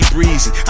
Breezy